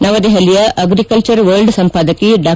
ನವದೆಹಲಿಯ agriculture world ಸಂಪಾದಕಿ ಡಾ